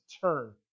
turn